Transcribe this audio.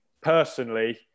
Personally